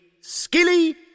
Skilly